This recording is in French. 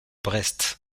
brest